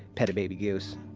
pet a baby goose